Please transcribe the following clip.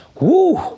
Woo